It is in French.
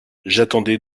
j’attendais